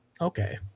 okay